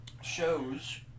shows